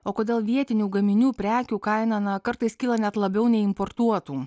o kodėl vietinių gaminių prekių kaina na kartais kyla net labiau nei importuotų